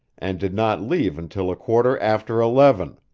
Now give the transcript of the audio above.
and did not leave until a quarter after eleven.